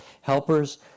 Helpers